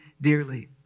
dearly